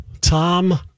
Tom